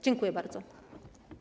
Dziękuję bardzo.